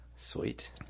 Sweet